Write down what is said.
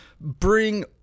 bring